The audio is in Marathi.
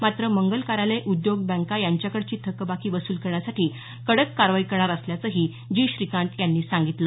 मात्र मंगल कार्यालय उद्योग बँका यांच्याकडची थकबाकी वसूल करण्यासाठी कडक कारवाई करणार असल्याचंही जी श्रीकांत यांनी सांगितलं